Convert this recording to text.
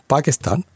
Pakistan